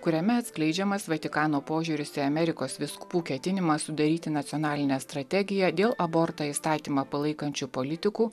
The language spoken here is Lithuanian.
kuriame atskleidžiamas vatikano požiūris į amerikos vyskupų ketinimą sudaryti nacionalinę strategiją dėl abortų įstatymą palaikančių politikų